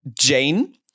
jane